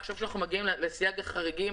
עכשיו שאנחנו מגיעים לסייג החריגים,